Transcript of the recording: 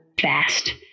fast